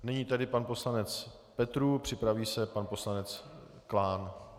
Nyní pan poslanec Petrů, připraví se pan poslanec Klán.